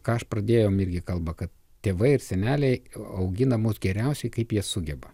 ką aš pradėjom irgi kalbą kad tėvai ir seneliai augina mus geriausiai kaip jie sugeba